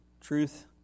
truth